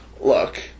Look